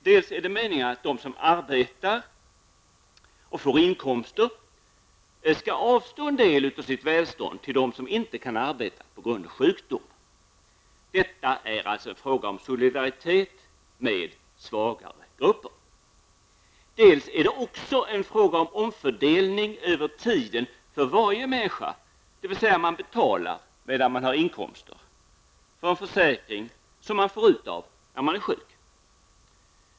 Dels är det meningen att de som arbetar och får inkomster skall avstå en del av sitt välstånd till dem som inte kan arbeta på grund av sjukdom -- detta är alltså en fråga om solidaritet med svagare grupper --, dels är det en fråga om fördelning över tiden för varje människa, dvs. man betalar medan man har inkomster för en försäkring som man får ut av när man är sjuk.